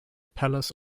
palace